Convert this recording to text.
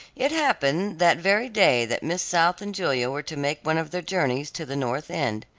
it happened that very day that miss south and julia were to make one of their journeys to the north end,